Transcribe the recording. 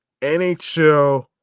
nhl